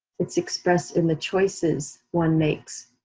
it's expressed in the choices one makes,